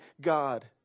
God